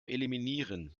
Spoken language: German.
eliminieren